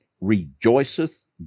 rejoiceth